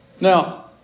Now